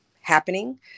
happening